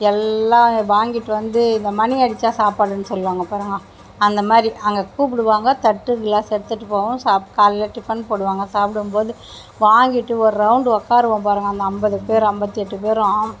எல்லாம் வாங்கிகிட்டு வந்து இந்த மணி அடித்தா சாப்பாடுன்னு சொல்வாங்க பாருங்க அந்த மாதிரி அங்கே கூப்பிடுவாங்க தட்டு கிளாஸ் எடுத்துகிட்டு போவோம் சாப்ட காலையில் டிஃபன் போடுவாங்க சாப்பிடும்போது வாங்கிகிட்டு ஒரு ரவுண்ட் உக்காருவோம் பாருங்கள் அந்த ஐம்பது பேர் ஐம்பத்தி எட்டு பேரும்